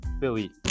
Billy